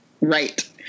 right